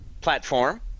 platform